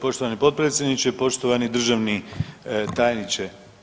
Poštovani potpredsjedniče, poštovani državni tajniče.